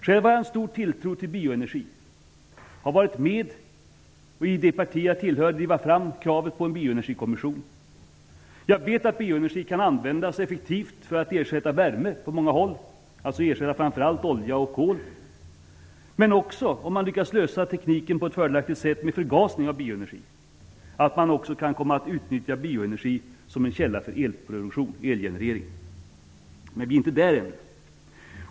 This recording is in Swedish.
Själv har jag stor tilltro till bioenergin och har varit med om i det parti som jag tillhör att driva fram kravet på en bioenergikommission. Jag vet att bioenergi kan användas effektivt för att ersätta värme på många håll, alltså ersätta framför allt olja och kol, men att man också, om man lyckas lösa tekniken på ett fördelaktigt sätt med förgasning av bioenergi, kan komma att utnyttja bioenergi som en källa för elgenerering. Men vi är inte där än.